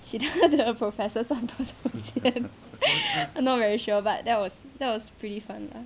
其他的 professor 赚多少钱 not very sure but that was that was pretty fun lah